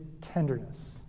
tenderness